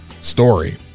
story